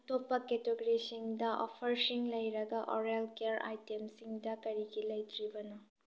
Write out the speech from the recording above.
ꯑꯇꯣꯞꯄ ꯀꯦꯇꯦꯒꯣꯔꯤꯁꯤꯡꯗ ꯑꯣꯐ꯭ꯔꯁꯤꯡ ꯂꯩꯔꯒ ꯑꯣꯔꯦꯜ ꯀꯤꯌ꯭ꯔ ꯑꯥꯏꯇꯦꯝꯁꯤꯡꯗ ꯀꯔꯤꯒꯤ ꯂꯩꯇ꯭ꯔꯤꯕꯅꯣ